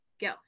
go